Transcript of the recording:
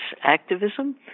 activism